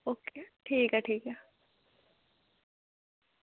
okay ठीक ऐ ठीक ऐ